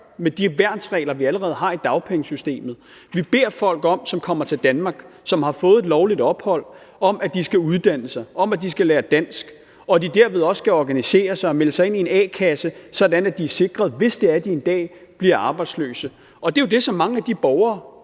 med de værnsregler, vi allerede har i dagpengesystemet. Vi beder folk, som kommer til Danmark, og som har fået lovligt ophold, om, at de skal uddanne sig, om, at de skal lære dansk, og at de derved også skal organisere sig og melde sig ind i en a-kasse, sådan at de er sikret, hvis de en dag bliver arbejdsløse. Og det er jo det, som mange af de borgere,